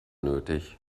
nötig